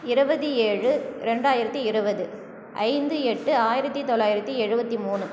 இருபது ஏழு ரெண்டாயிரத்தி இருவது ஐந்து எட்டு ஆயிரத்தி தொள்ளாயிரத்தி எழுபத்தி மூணு